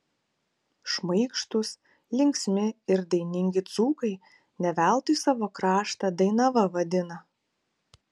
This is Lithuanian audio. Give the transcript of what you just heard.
šmaikštūs linksmi ir dainingi dzūkai ne veltui savo kraštą dainava vadina